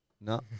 No